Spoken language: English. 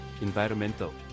environmental